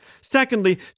Secondly